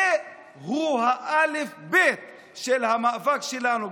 זהו האלף-בית של המאבק שלנו,